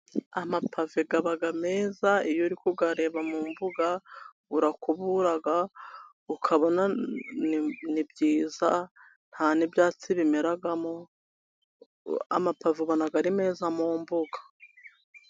Amapave aba meza iyo uri kuyareba mu mbuga, urakubura ukabona ni byiza nta n'ibyatsi bimeramo, amapave ubona ari meza mu mbuga.